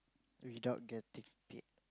without getting paid